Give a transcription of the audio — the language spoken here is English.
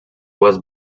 was